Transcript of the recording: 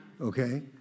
Okay